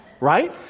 right